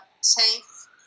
SAFE